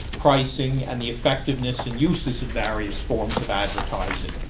pricing and the effectiveness and uses of various forms of advertising.